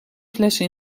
flessen